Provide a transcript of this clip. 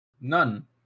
None